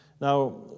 Now